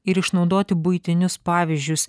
ir išnaudoti buitinius pavyzdžius